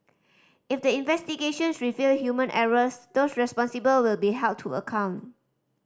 if the investigations reveal human errors those responsible will be held to account